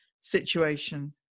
situation